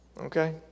Okay